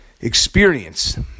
experience